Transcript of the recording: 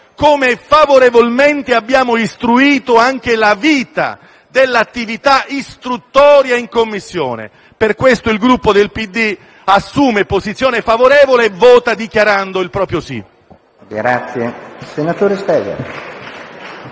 come favorevolmente abbiamo istruito anche la vita dell'attività istruttoria in Commissione. Per questo il Gruppo del PD assume posizione favorevole e dichiara il proprio "sì"